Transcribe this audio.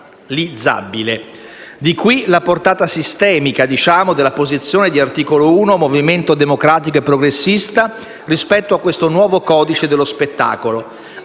Da qui la portata sistemica della posizione di Articolo 1-Movimento democratico e progressista rispetto al nuovo codice dello spettacolo: